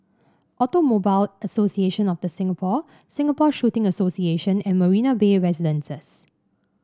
Automobile Association of The Singapore Singapore Shooting Association and Marina Bay Residences